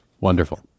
wonderful